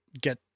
get